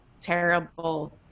terrible